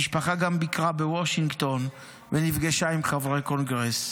המשפחה גם ביקרה בוושינגטון ונפגשה עם חברי קונגרס.